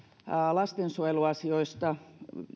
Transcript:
lastensuojeluasioista